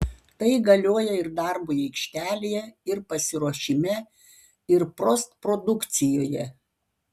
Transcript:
tai galioja ir darbui aikštelėje ir pasiruošime ir postprodukcijoje